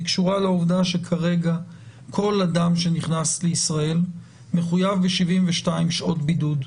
היא קשורה לעובדה שכרגע כל אדם שנכנס לישראל מחויב ב-72 שעות בידוד,